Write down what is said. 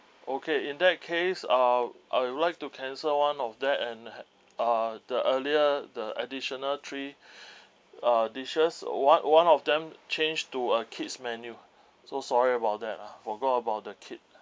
okay in that case uh I would like to cancel one of that and uh the earlier the additional three uh dishes one one of them change to a kid's menu so sorry about that ah forgot about the kid